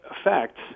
effects